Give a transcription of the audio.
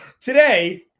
today